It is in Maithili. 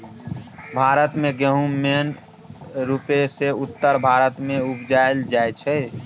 भारत मे गहुम मेन रुपसँ उत्तर भारत मे उपजाएल जाइ छै